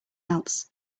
else